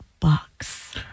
box